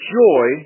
joy